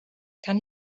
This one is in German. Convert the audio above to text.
kann